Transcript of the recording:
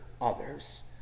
others